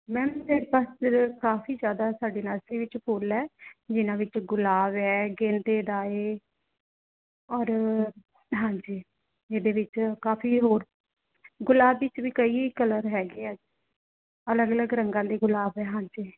ma'am ਕਾਫੀ ਜ਼ਿਆਦਾ ਸਾਡੀ nursery ਵਿੱਚ ਫੁੱਲ ਹੈ ਜਿਨ੍ਹਾਂ ਵਿੱਚ ਗੁਲਾਬ ਹੈ ਗੇਂਦੇ ਦਾ ਹੈ ਔਰ ਹਾਂਜੀ ਜਿਹਦੇ ਵਿੱਚ ਕਾਫੀ ਹੋਰ ਗੁਲਾਬ ਵਿੱਚ ਵੀ ਕਈ ਕਲਰ ਹੈਗੇ ਹੈ ਅਲੱਗ ਅਲੱਗ ਰੰਗਾਂ ਦੇ ਗੁਲਾਬ ਹੈ ਹਾਂਜੀ